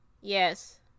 Yes